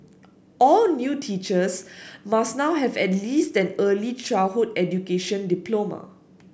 all new teachers must now have at least an early childhood education diploma